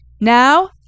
Now